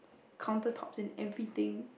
countertops and everything